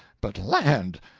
but land!